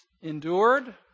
endured